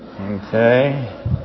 Okay